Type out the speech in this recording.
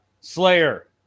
Slayer